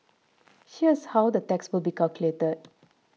here's how the tax will be calculated